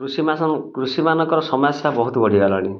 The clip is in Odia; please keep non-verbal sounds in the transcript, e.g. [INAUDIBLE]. କୃଷି [UNINTELLIGIBLE] କୃଷିମାନଙ୍କର ସମସ୍ୟା ବହୁତ ବଢ଼ି ଗଲାଣି